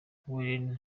warren